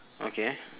okay